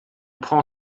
prend